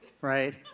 Right